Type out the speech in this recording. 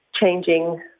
changing